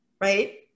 right